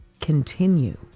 continue